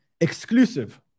Exclusive